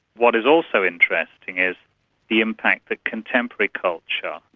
what is also interesting is the impact that contemporary culture,